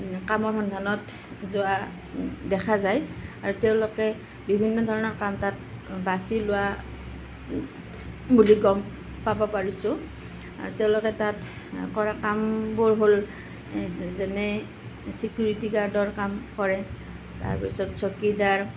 কামৰ সন্ধানত যোৱা দেখা যায় আৰু তেওঁলোকে বিভিন্ন ধৰণৰ কাম তাত বাছি লোৱা বুলি গম পাব পাৰিছোঁ আৰু তেওঁলোকে তাত কৰা কামবোৰ হ'ল যেনে ছিকিউৰিটি গাৰ্ডৰ কাম কৰে তাৰ পিছত চকীদাৰ